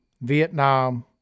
Vietnam